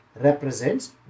represents